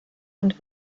und